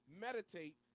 meditate